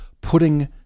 putting